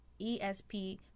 ESP